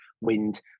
wind